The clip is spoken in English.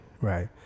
Right